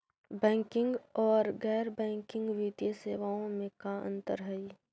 Banking और गैर banking वित्तीय सेवाओं में का अंतर हइ?